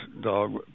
dog